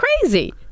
crazy